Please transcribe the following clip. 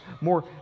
more